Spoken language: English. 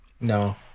No